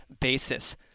basis